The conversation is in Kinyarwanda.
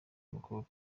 umukobwa